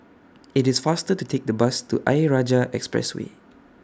IT IS faster to Take The Bus to Ayer Rajah Expressway